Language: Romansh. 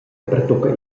pertucca